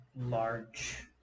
large